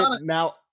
now